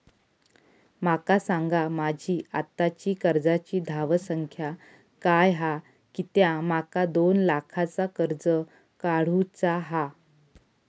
माका सांगा माझी आत्ताची कर्जाची धावसंख्या काय हा कित्या माका दोन लाखाचा कर्ज काढू चा हा?